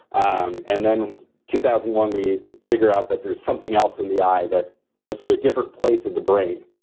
um and then two thousand and one, we figure out that there's something else in the eye that goes to a different place of the brain,